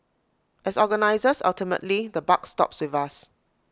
as organisers ultimately the buck stops with us